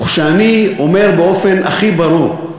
וכשאני אומר באופן הכי ברור,